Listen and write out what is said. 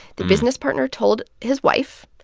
the business partner told his wife.